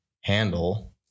handle